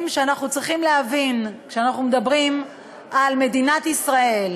אנחנו, אדוני יושב-ראש הקואליציה,